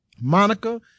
Monica